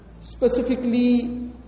specifically